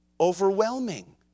overwhelming